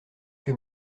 que